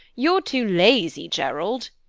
you're too lazy, gerald,